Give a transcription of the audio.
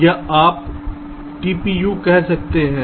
आप tpU कह सकते हैं